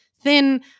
thin